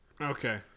okay